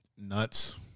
nuts